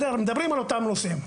מדברים על אותם נושאים.